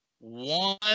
one